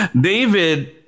David